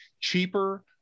cheaper